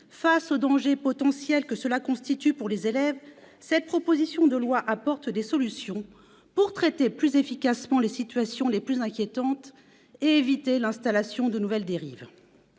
face au danger potentiel qui en résulte pour les élèves, cette proposition de loi apporte des solutions pour traiter plus efficacement les situations les plus inquiétantes et éviter le développement de nouvelles dérives.